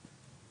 לאומי,